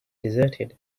deserted